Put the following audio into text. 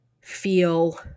feel